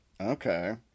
Okay